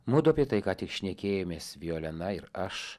mudu apie tai ką tik šnekėjomės violena ir aš